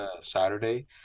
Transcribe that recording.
Saturday